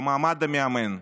במעמד המאמן.